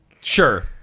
Sure